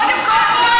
קודם כול,